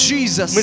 Jesus